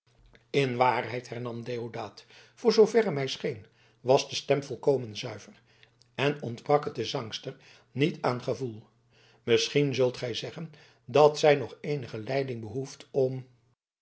in waarheid hernam deodaat voor zooverre mij scheen was de stem volkomen zuiver en ontbrak het der zangster niet aan gevoel misschien zult gij zeggen dat zij nog eenige leiding behoeft om